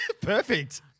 Perfect